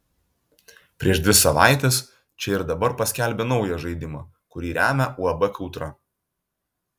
prieš dvi savaites čia ir dabar paskelbė naują žaidimą kurį remia uab kautra